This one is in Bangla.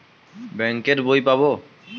বাংক এর বই পাবো?